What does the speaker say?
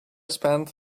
spent